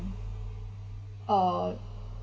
uh